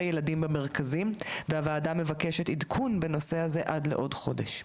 ילדים במרכזים והוועדה מבקשת עדכון בנושא הזה עד לעוד חודש.